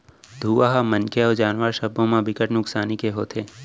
धुंआ ह मनखे अउ जानवर सब्बो म बिकट नुकसानी के होथे